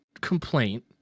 complaint